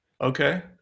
Okay